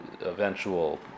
eventual